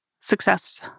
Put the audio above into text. success